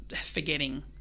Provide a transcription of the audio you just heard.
forgetting